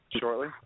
shortly